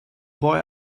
boy